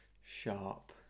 sharp